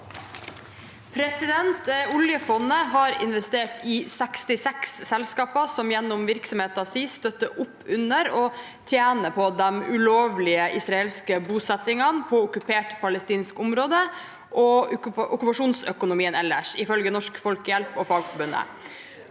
«Oljefon- det har investert i 66 selskaper som gjennom sin virksomhet støtter opp under og tjener på de ulovlige israelske bosettingene på okkupert palestinsk område og okkupasjonsøkonomien ellers, ifølge Norsk Folkehjelp og Fagforbundet.